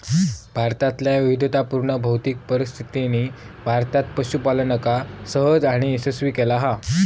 भारतातल्या विविधतापुर्ण भौतिक परिस्थितीनी भारतात पशूपालनका सहज आणि यशस्वी केला हा